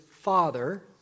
father